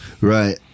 Right